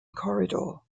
corridor